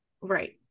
right